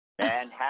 Manhattan